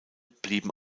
blieben